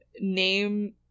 name